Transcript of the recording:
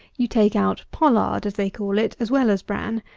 you take out pollard, as they call it, as well as bran,